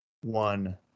one